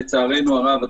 לצערנו הרב,